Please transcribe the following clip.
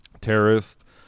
terrorist